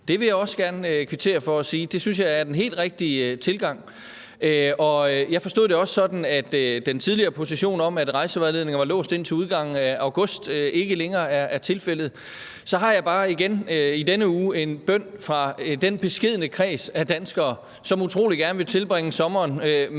Det vil jeg også gerne kvittere for og sige at jeg synes er den helt rigtige tilgang. Og jeg forstod det også sådan, at den tidligere position om, at rejsevejledningerne var låst indtil udgangen af august, ikke længere er gældende. Så har jeg bare igen i denne uge en bøn fra den beskedne kreds af danskere, som utrolig gerne vil tilbringe sommeren